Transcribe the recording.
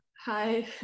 Hi